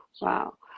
Wow